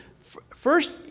first